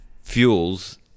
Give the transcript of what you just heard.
fuels